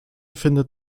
findet